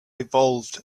evolved